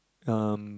um